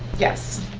yes.